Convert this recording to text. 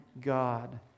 God